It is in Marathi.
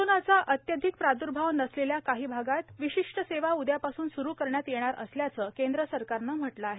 कोरोनाचा अत्याधिक प्राद्भाव नसलेल्या भागांत काही विशिष्ट सेवा उद्यापासून स्रू करण्यात येणार असल्याचं केंद्र सरकारनं म्हटलं आहे